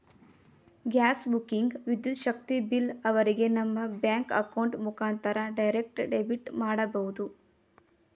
gas booking, ವಿದ್ಯುತ್ ಶಕ್ತಿ bill ಅವರಿಗೆ ನಮ್ಮ ಬ್ಯಾಂಕ್ ಅಕೌಂಟ್ ಮುಖಾಂತರ ಡೈರೆಕ್ಟ್ ಡೆಬಿಟ್ ಮಾಡಬಹುದು